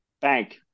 bank